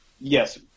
Yes